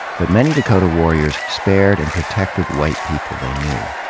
but many dakota warriors spared and protected white people they knew.